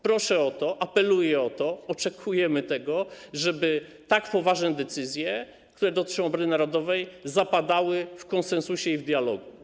Proszę o to, apeluję o to, oczekujemy tego, żeby tak poważne decyzje, które dotyczą obrony narodowej, zapadły w konsensusie i w dialogu.